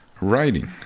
Writing